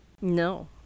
No